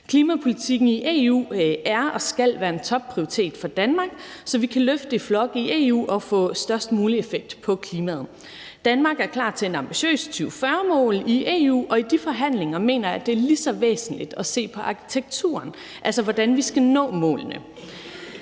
Klimapolitikken i EU er og skal være en topprioritet for Danmark, så vi kan løfte i flok i EU og få størst mulig effekt på klimaet. Danmark er klar til et ambitiøst 2040-mål i EU, og i de forhandlinger mener jeg det er lige så væsentligt at se på arkitekturen, altså hvordan vi skal nå målene.